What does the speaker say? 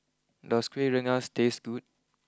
does Kuih Rengas taste good